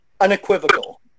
Unequivocal